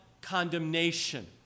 condemnation